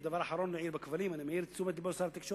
אני מעיר את תשומת לבו של שר התקשורת,